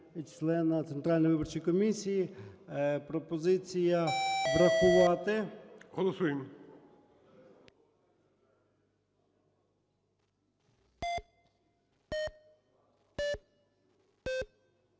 члена Центральної виборчої комісії. Пропозиція врахувати. ГОЛОВУЮЧИЙ.